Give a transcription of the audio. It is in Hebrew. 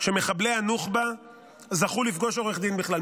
לראות שמחבלי הנוח'בה זכו לפגוש עורך דין בכלל.